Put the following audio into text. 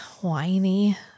whiny